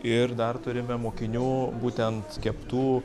ir dar turime mokinių būtent keptų